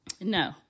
No